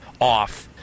off